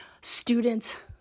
students